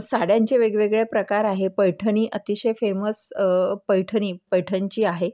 साड्यांचे वेगवेगळे प्रकार आहे पैठणी अतिशय फेमस पैठणी पैठणची आहे